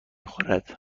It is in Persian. خورد